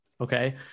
Okay